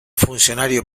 funcionario